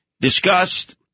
discussed